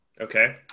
Okay